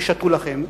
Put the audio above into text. ודרכו לכם ושתו לכם.